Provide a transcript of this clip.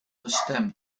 gestemd